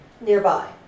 nearby